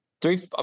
three